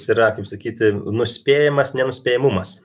jis yra kaip sakyti nuspėjamas nenuspėjamumas